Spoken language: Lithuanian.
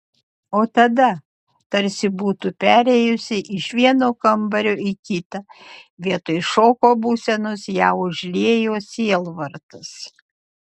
o tada tarsi būtų perėjusi iš vieno kambario į kitą vietoj šoko būsenos ją užliejo sielvartas